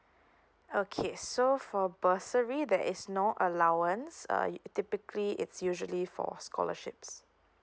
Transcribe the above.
okay so for bursary there is no allowance uh typically it's usually for scholarships